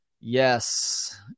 Yes